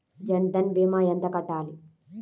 జన్ధన్ భీమా ఎంత కట్టాలి?